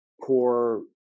core